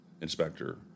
Inspector